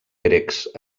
grecs